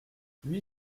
huit